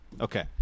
Okay